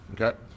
okay